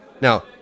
Now